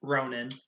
Ronan